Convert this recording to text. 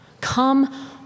Come